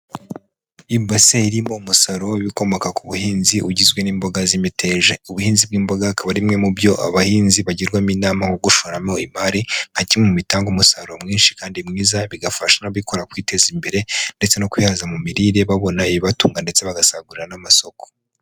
Ibase irimo umusaruro w'ibikomoka ku buhinzi ugizwe n'imboga z'imiteja, ubuhinzi bw'imboga akaba ari imwe mu byo abahinzi bagirwamo inama nko gushoramo imari, nka kimwe mu bitanga umusaruro mwinshi kandi mwiza bigafasha bikora kwiteza imbere, ndetse no kwihaza mu mirire babona ibibatunga ndetse bagasagurira n'amasoko.